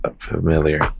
familiar